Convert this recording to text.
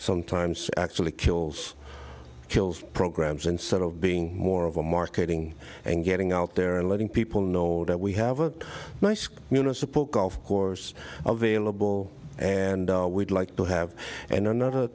sometimes actually kills kills programs instead of being more of a marketing and getting out there and letting people know that we have a nice municipal golf course of vailable and we'd like to have and another